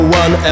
one